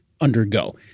undergo